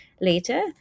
later